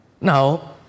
now